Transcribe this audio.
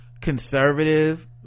conservative